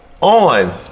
on